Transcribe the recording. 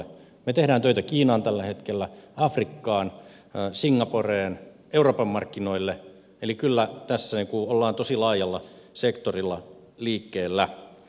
me teemme töitä kiinaan tällä hetkellä afrikkaan singaporeen euroopan markkinoille eli kyllä tässä ollaan tosi laajalla sektorilla liikkeellä